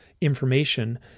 information